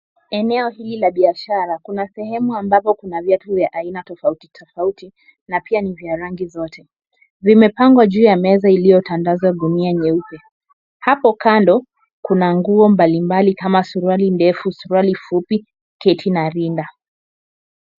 Eneo hili la biashara, kuna sehemu ambapo kuna viatu vya aina tofauti tofauti na pia ni vya rangi zote. Vimepangwa juu ya meza iliyotandazwa dunia nyeupe. Hapo kando kuna nguo mbalimbali kama suruali ndefu, suruali fupi, sketi na rinda.